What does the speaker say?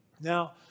Now